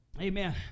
amen